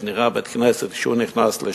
מה שהוא תיאר, איך נראה בית-הכנסת כשהוא נכנס לשם.